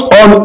on